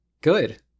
good